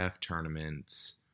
tournaments